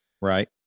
right